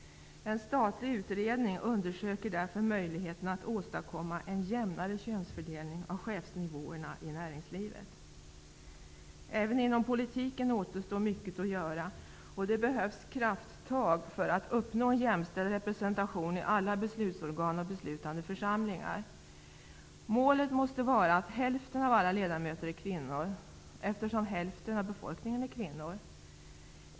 En statlig utredning undersöker därför möjligheterna att åstadkomma en jämnare könsfördelning på chefsnivåerna i näringslivet. Även inom politiken återstår mycket att göra, och det behövs krafttag för att uppnå en jämställd representation i alla beslutsorgan och beslutande församlingar. Målet måste var att hälften av alla ledamöter är kvinnor, eftersom hälften av befolkningen är kvinnor.